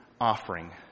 offering